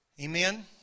Amen